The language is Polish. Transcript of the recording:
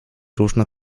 różne